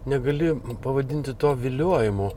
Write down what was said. negali pavadinti to viliojimu